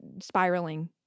spiraling